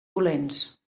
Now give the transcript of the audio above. dolents